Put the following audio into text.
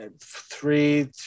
Three